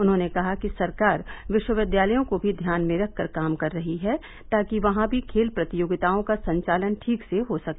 उन्होंने कहा कि सरकार विश्वविद्यालयों को भी ध्यान में रखकर काम कर रही है ताकि वहां भी खेल प्रतियोगिताओं का संचालन ठीक से हो सके